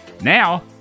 Now